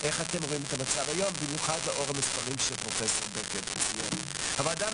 המשרד להגנת הסביבה ליאור פורקוש עו"ד,